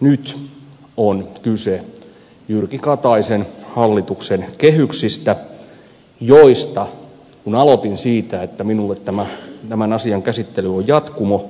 nyt on kyse jyrki kataisen hallituksen kehyksistä joiden suhteen kun aloitin siitä että minulle tämän asian käsittely on jatkumo